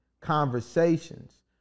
conversations